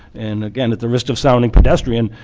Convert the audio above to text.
and again at the risk of sounding pedestrian,